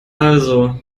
also